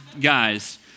guys